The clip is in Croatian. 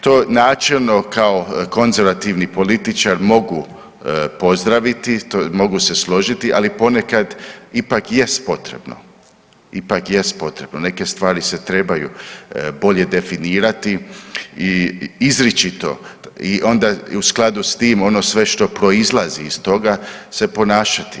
To načelno kao konzervativni političar mogu pozdraviti, mogu se složiti, ali ponekad ipak jest potrebno, ipak jest potrebno, neke stvari se trebaju bolje definirati i i izričito i onda u skladu s tim ono sve što proizlazi iz toga se ponašati.